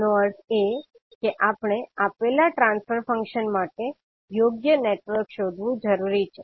તેનો અર્થ એ કે આપણે આપેલા ટ્રાન્સફર ફંક્શન માટે યોગ્ય નેટવર્ક શોધવું જરૂરી છે